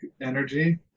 energy